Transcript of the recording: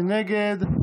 מי נגד?